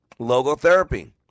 Logotherapy